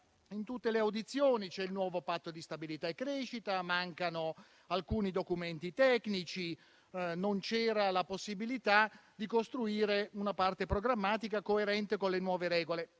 in tutte le audizioni: c'è il nuovo Patto di stabilità e crescita; mancano alcuni documenti tecnici; non vi era la possibilità di costruire una parte programmatica coerente con le nuove regole.